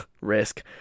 Risk